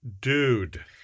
dude